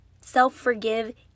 self-forgive